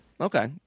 Okay